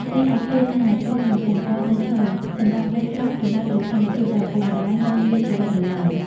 រីឯ ឃ្លាថា ទាន់បំពង់ករនៅឈរ សម្រាប់ន័យត្រង់ សំដៅលើស្ថានភាពដែលឪពុកម្តាយនៅមានជីវិតនៅឡើយ។